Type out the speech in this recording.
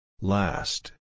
Last